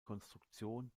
konstruktion